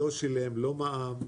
ולא שילם לא מע"מ,